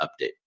update